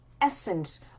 essence